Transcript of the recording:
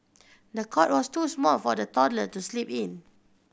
the cot was too small for the toddler to sleep in